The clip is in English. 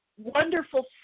Wonderful